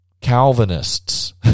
Calvinists